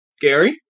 Gary